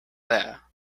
there